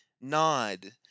nod